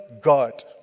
God